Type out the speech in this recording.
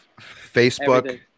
Facebook